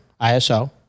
ISO